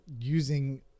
using